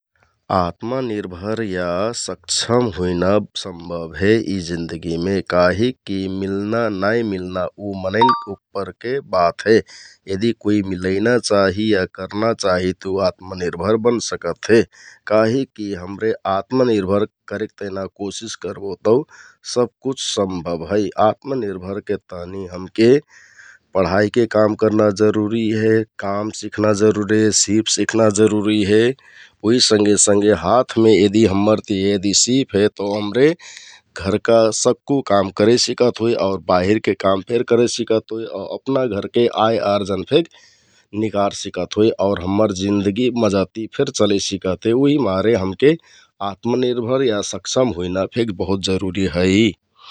आत्मानिर्भर या सक्षम हुइना सम्भव हे यि जिन्दगिमे काहिकि मिलना नाइ मिलना उ मनैंन उप्परके बात हे । यदि कुइ मिलैना चाहि या करना चाहि आत्मानिर्भर बन सकत हे काहिकि हमरे आत्मानिर्भर करेक तेहना कोसिस करबो तौ सबकुछ सम्भव हे । आत्मानिर्भरके तहनि हमके पढाइके काम करना जरुरि हे, काम सिखना जरुरि हे, सिप सिखना जरुरि हे । उहि संघे संघे हाथमे यदि हम्मर सिप हे हमरे घरका सक्कु काम करे सिकत होइ आउर बाहिरके काम फेक करे सिकत होइ आउ अपना घरके आय, आर्जन फेक निकार सिकत होइ । आउर हम्मर जिन्दगि मजा ति फेक चले सिकत हे उहिमारे हमके आत्मानिर्भर या सक्षम हुइना फेक बहुत जरुरि है ।